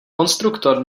konstruktor